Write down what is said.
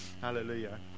hallelujah